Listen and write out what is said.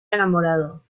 enamorado